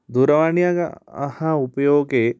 दूरवाण्यायाः उपयोगे